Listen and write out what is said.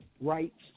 rights